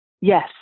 Yes